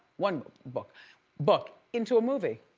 one book book into a movie,